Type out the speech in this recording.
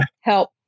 help